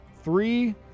three